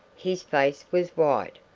his face was white.